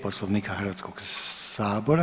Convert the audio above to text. Poslovnika Hrvatskog sabora.